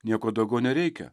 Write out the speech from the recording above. nieko daugiau nereikia